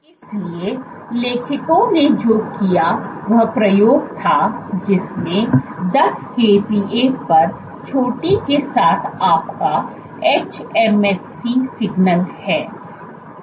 इसलिए लेखकों ने जो किया वह प्रयोग था जिसमें 10 kPa पर चोटी के साथ आपका hMSC सिग्नल है